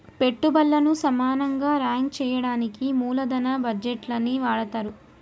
పెట్టుబల్లను సమానంగా రాంక్ చెయ్యడానికి మూలదన బడ్జేట్లని వాడతరు